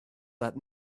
that